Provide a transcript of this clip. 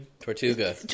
Tortuga